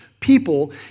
People